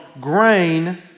grain